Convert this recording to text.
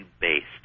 based